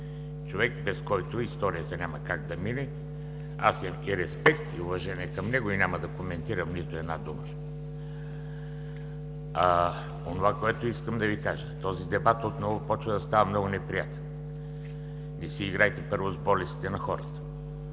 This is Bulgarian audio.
човек, без който историята няма как да мине. Аз имам и респект, и уважение към него и няма да коментирам нито една дума. Онова, което искам да Ви кажа: този дебат отново започва да става много неприятен. Не си играйте, първо, с болестите на хората!